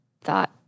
thought